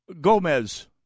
Gomez